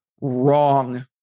wrong